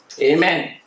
amen